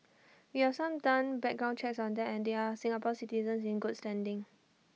we have some done background checks on them and they are Singapore citizens in good standing